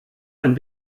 ein